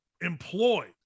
employed